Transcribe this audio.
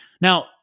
Now